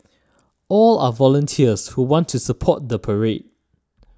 all are volunteers who want to support the parade